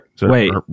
Wait